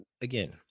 again